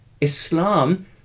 Islam